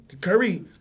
Curry